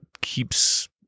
keeps